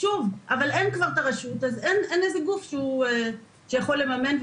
אין כבר את הרשות אז אין גוף שיכול לממן,